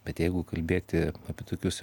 bet jeigu kalbėti apie tokius